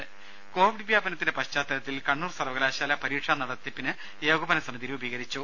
രുമ കോവിഡ് വ്യാപനത്തിന്റെ പശ്ചാത്തലത്തിൽ കണ്ണൂർ സർവ്വകലാശാല പരീക്ഷാ നടത്തിപ്പിന് ഏകോപന സമിതി രൂപീകരിച്ചു